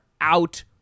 out